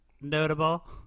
notable